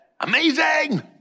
amazing